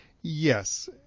yes